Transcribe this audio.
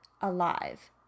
alive